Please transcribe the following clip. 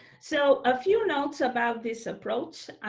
so, a few notes about this approach.